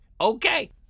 Okay